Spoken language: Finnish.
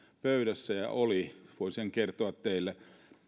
pöydässä ja oli voin sen kertoa teille